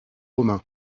romain